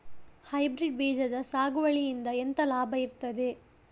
Hybrid ಬೀಜದ ಸಾಗುವಳಿಯಿಂದ ಎಂತ ಲಾಭ ಇರ್ತದೆ?